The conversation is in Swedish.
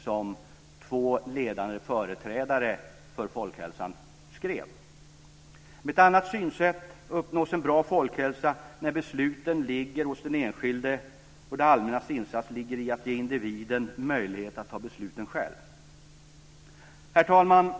som två ledande företrädare för folkhälsan skrev. Med ett annat synsätt uppnås en bra folkhälsa när besluten ligger hos den enskilde, och det allmännas insats ligger i att ge individen möjlighet att ta besluten själv. Herr talman!